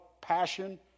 passion